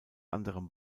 anderem